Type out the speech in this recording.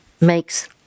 makes